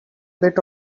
bit